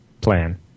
plan